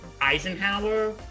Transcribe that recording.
Eisenhower